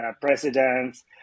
presidents